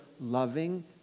loving